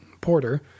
porter